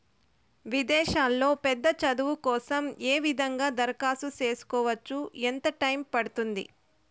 విదేశాల్లో పెద్ద చదువు కోసం ఏ విధంగా దరఖాస్తు సేసుకోవచ్చు? ఎంత టైము పడుతుంది?